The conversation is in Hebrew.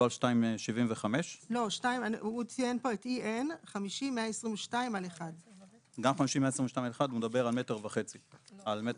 לא על 2.75. הוא ציין פה EN50122-1. גם EN50122-1 הוא מדבר על 1.5 מטרים.